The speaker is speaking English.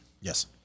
Yes